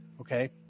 Okay